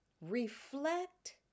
Reflect